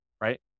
right